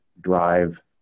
drive